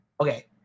okay